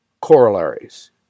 corollaries